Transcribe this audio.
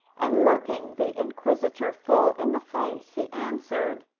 and looking the inquisitor full in the face, he answered,